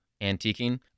antiquing